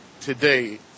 today